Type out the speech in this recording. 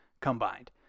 combined